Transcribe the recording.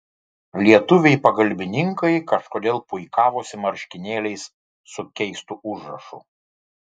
lietuviai pagalbininkai kažkodėl puikavosi marškinėliais su keistu užrašu